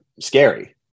scary